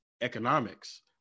Economics